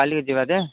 କାଲିକି ଯିବା ଯେ